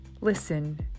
Listen